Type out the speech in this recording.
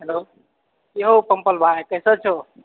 hello की हौ पम्पल भाइ कैसन छौ